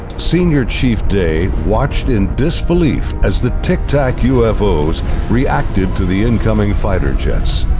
senior chief day watched in disbelief as the tic tac ufos reacted to the incoming fighter jets.